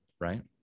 right